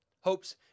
hopes